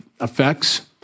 effects